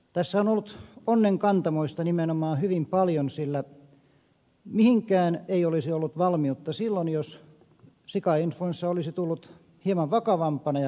tässä on ollut onnenkantamoista nimenomaan hyvin paljon sillä mihinkään ei olisi ollut valmiutta silloin jos sikainfluenssa olisi tullut hieman vakavampana ja elokuussa